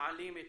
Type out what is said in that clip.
נועלים את